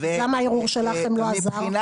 אז למה הערעור שלכם לא עזר?